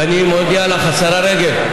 ואני מודיע לך, השרה רגב: